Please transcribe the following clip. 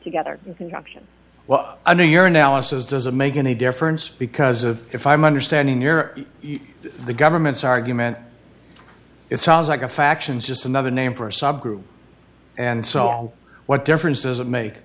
conjunction well under your analysis doesn't make any difference because if i'm understanding your the government's argument it sounds like a faction just another name for a subgroup and so what difference does it make